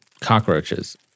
cockroaches